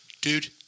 Dude